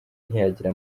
ntiyagira